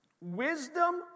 Wisdom